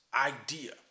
idea